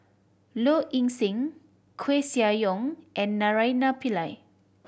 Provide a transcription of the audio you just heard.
Low Ing Sing Koeh Sia Yong and Naraina Pillai